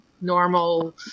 normal